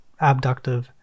abductive